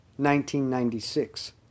1996